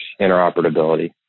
interoperability